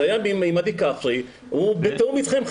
זה היה בימי עדי כפרי ובתיאום איתכם,